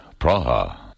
Praha